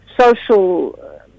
social